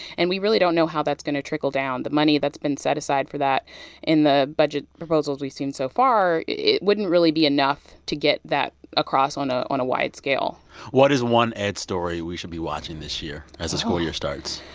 and we really don't know how that's going to trickle down. the money that's been set aside for that in the budget proposals we've seen so far it wouldn't really be enough to get that across on ah on a wide scale what is one ed story we should be watching this year. whoa. as the school year starts?